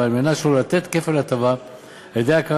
ועל מנת לא לתת כפל הטבה על-ידי הכרה